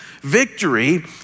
victory